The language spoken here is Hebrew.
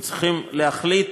הם צריכים להחליט